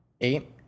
eight